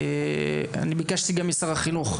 אני ביקשתי גם משר החינוך,